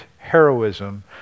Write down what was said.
heroism